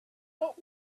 woot